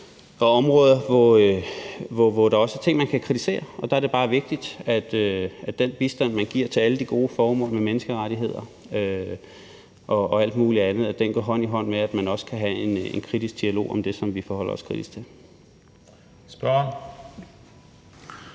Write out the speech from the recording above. områder, hvor der også er ting, man kan kritisere. Og der er det bare vigtigt, at den bistand, man giver til alle de gode formål som menneskerettigheder og alt muligt andet, går hånd i hånd med, at der også kan være en kritisk dialog om det, som vi forholder os kritisk til. Kl.